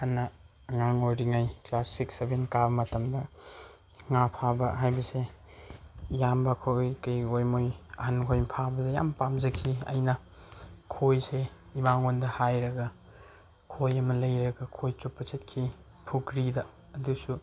ꯍꯥꯟꯅ ꯑꯉꯥꯡ ꯑꯣꯏꯔꯤꯉꯩ ꯀ꯭ꯂꯥꯁ ꯁꯤꯛꯁ ꯁꯕꯦꯟ ꯀꯥꯕ ꯃꯇꯝꯗ ꯉꯥ ꯐꯥꯕ ꯍꯥꯏꯕꯁꯦ ꯏꯌꯥꯝꯕꯈꯣꯏ ꯀꯩꯈꯣꯏ ꯃꯣꯏ ꯑꯍꯟꯈꯣꯏ ꯐꯥꯕꯗ ꯌꯥꯝ ꯄꯥꯝꯖꯈꯤ ꯑꯩꯅ ꯈꯣꯏꯁꯦ ꯏꯃꯥꯉꯣꯟꯗ ꯍꯥꯏꯔꯒ ꯈꯣꯏ ꯑꯃ ꯂꯩꯔꯒ ꯈꯣꯏ ꯆꯨꯞꯄ ꯆꯠꯈꯤ ꯄꯨꯈ꯭ꯔꯤꯗ ꯑꯗꯨꯁꯨ